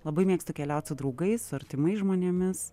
labai mėgstu keliaut su draugais su artimais žmonėmis